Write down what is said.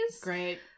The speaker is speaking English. Great